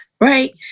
right